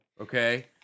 okay